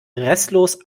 restlos